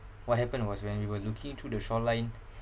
what happened was when we were looking through the shoreline